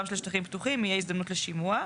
של שטחים פתוחים יהיה הזדמנות לשימוע,